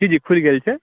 जी खुलि गेल छै